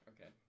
Okay